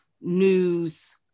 news